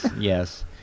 yes